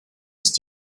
ist